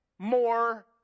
more